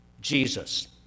Jesus